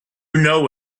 know